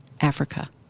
Africa